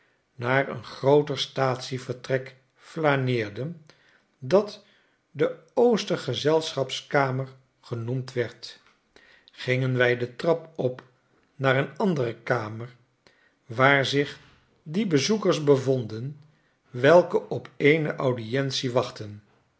naar een grooter staatsievertrek flaneerden dat de ooster gezelschapskamer genoemd werd gingen wu de trap op naar een andere kamer waar zich die bezoekers bevonden welke op eene audientie wachtten